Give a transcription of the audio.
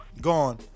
Gone